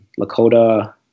Lakota